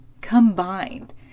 Combined